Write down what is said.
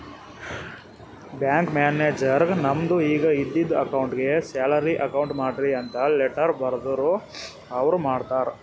bank ಮ್ಯಾನೇಜರ್ಗ್ ನಮ್ದು ಈಗ ಇದ್ದಿದು ಅಕೌಂಟ್ಗ್ ಸ್ಯಾಲರಿ ಅಕೌಂಟ್ ಮಾಡ್ರಿ ಅಂತ್ ಲೆಟ್ಟರ್ ಬರ್ದುರ್ ಅವ್ರ ಮಾಡ್ತಾರ್